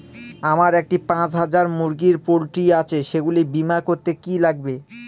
আমার একটি পাঁচ হাজার মুরগির পোলট্রি আছে সেগুলি বীমা করতে কি লাগবে?